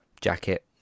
jacket